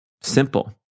Simple